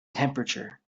temperature